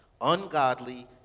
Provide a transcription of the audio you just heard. ungodly